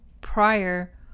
prior